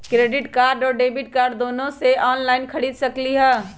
Credit card और debit card दोनों से ऑनलाइन खरीद सकली ह?